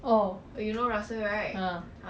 he only study very last minute [one]